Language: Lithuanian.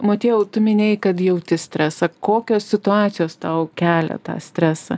motiejau tu minėjai kad jauti stresą kokios situacijos tau kelia tą stresą